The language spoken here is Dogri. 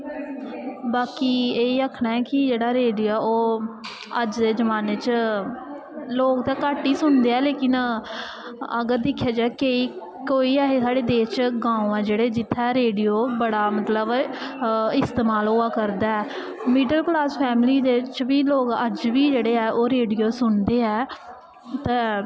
बाकी एह् आखना ऐ कि जेह्ड़ा रेडियो ऐ ओह् अज्ज दे जमान्ने च लोग ते घट्ट गै सुनदे ऐ लेकिन अगर दिक्खेआ जाए केईं कोई ऐसे साढ़े देस च गांव ऐ जेह्ड़े जित्थें रेडियो बड़ा मतलब इस्तमाल होआ करदा ऐ मिडल क्लास फैमली बिच्च बी लोग अज्ज बी जेह्ड़े ऐ ओह् रेडियो सुनदे ऐ ते